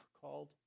called